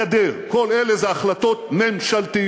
הגדר, כל אלה הם החלטות ממשלתיות.